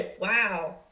wow